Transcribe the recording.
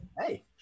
Hey